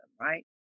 right